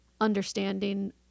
understanding